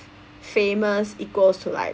famous equals to like